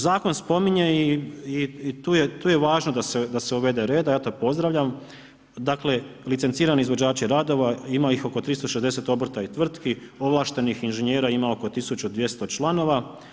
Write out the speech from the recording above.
Zakon spominje i tu je važno da se uvede reda, ja to pozdravljam, dakle licencirani izvođači radova, ima ih oko 360 obrta i tvrtki, ovlaštenih inženjera ima oko 1200 članova.